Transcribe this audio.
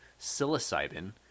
psilocybin